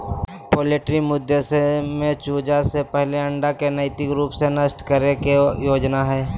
poultry मुद्दे में चूजा से पहले अंडा के नैतिक रूप से नष्ट करे के योजना हइ